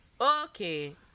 Okay